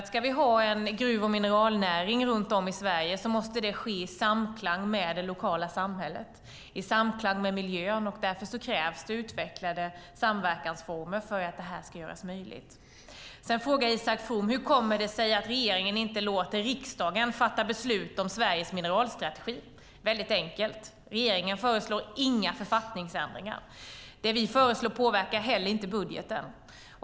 Ska vi ha en gruv och mineralnäring runt om i Sverige måste det ske i samklang med det lokala samhället och i samklang med miljön. Därför krävs det utvecklade samverkansformer för att det här ska göras möjligt. Sedan frågar Isak From: Hur kommer det sig att regeringen inte låter riksdagen fatta beslut om Sveriges mineralstrategi? Det är väldigt enkelt. Regeringen föreslår inga författningsändringar. Det vi föreslår påverkar heller inte budgeten.